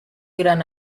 gran